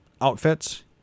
Outfits